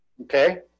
Okay